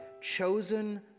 chosen